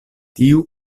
tiu